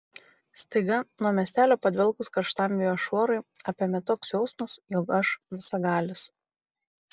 staiga nuo miestelio padvelkus karštam vėjo šuorui apėmė toks jausmas jog aš visagalis